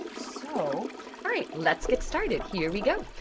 so alright, let's get started, here we go.